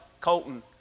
Colton